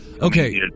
Okay